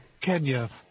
Kenya